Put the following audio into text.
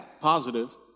positive